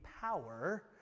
power